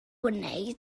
wnei